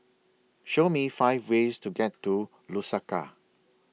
Show Me five ways to get to Lusaka